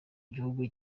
gihugu